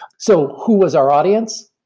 so who was our audience?